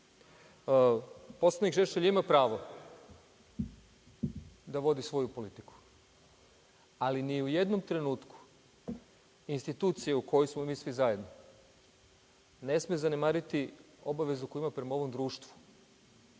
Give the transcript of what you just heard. Šešelj ima pravo da vodi svoju politiku, ali ni u jednom trenutku institucija, u kojoj smo mi svi zajedno, ne sme zanemariti obavezu koju ima prema ovom društvu,